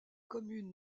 commune